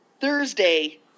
Thursday